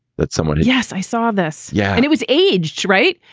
that's somewhat yes. i saw this. yeah. and it was age, right?